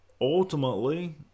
ultimately